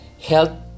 Health